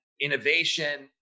innovation